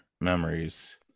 memories